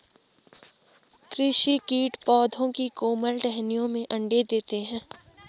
कृषि कीट पौधों की कोमल टहनियों में अंडे देते है